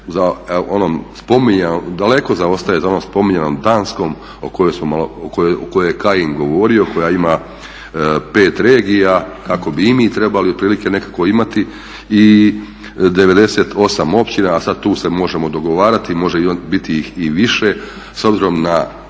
za onom spominjanom, daleko zaostaje za onom spominjanom Danskom o kojoj je Kajin govorio koja ima pet regija kako bi i mi trebali otprilike nekako imati i 98 općina. A sada tu se možemo dogovarati, može ih biti i više s obzirom na